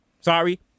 Sorry